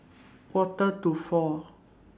Quarter to four